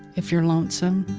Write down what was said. if you're lonesome,